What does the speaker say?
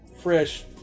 fresh